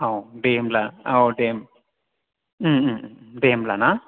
औ दे होनब्ला औ दे दे होमब्ला ना